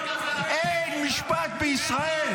אין משפט בישראל.